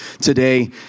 today